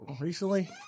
recently